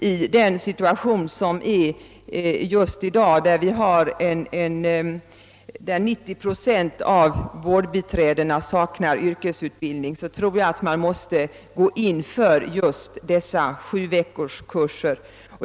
I den situation som vi i dag har, där 90 procent av vårdbiträdena saknar yrkesutbildning, måste vi gå in för dessa sjuveckorskurser.